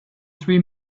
three